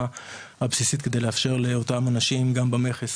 הבסיסית כדי לאפשר לאותם אנשים גם במכס,